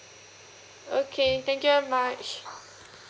okay thank you very much